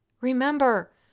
Remember